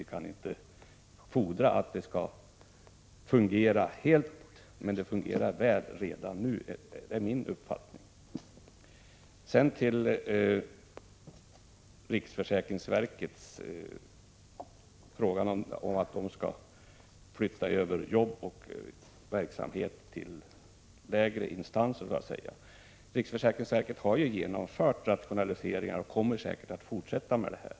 Vi kan således inte fordra att den nya organisationen skall fungera helt och fullt — men redan nu tycker jag att den fungerar väl. Sedan till frågan om riksförsäkringsverkets överföring av jobb och verksamhet till lägre instanser. Riksförsäkringsverket har ju genomfört rationaliseringar och kommer säkert att fortsätta att göra sådana.